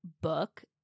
book